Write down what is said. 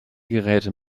geräte